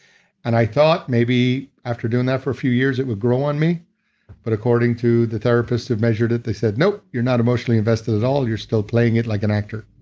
and i thought maybe after doing that for a few years, it would grow on me but according to the therapist that measured it, they said, no, you're not emotionally invested at all. you're still playing it like an actor.